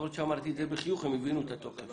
למרות שאמרתי את זה בחיוך, הם הבינו את התוכן.